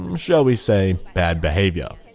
um shall we say, bad behaviour.